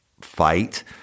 fight